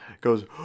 goes